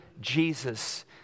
Jesus